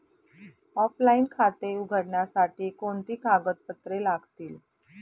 Offline खाते उघडण्यासाठी कोणती कागदपत्रे लागतील?